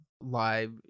live